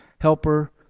helper